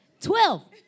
Twelve